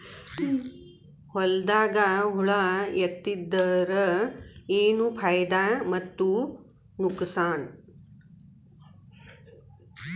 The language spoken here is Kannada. ಹೊಲದಾಗ ಹುಳ ಎತ್ತಿದರ ಏನ್ ಫಾಯಿದಾ ಮತ್ತು ನುಕಸಾನ?